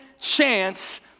chance